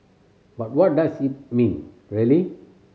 but what does it mean really